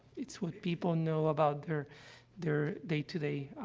it's what people know about their their day-to-day, ah,